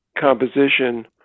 composition